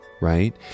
right